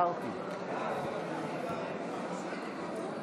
אני מבקש מהסדרנים לעזור לי,